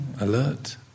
alert